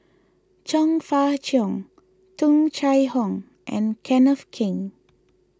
Chong Fah Cheong Tung Chye Hong and Kenneth Keng